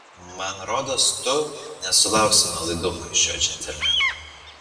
man rodos tu nesulauksi nuolaidumo iš šio džentelmeno